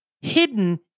hidden